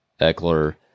Eckler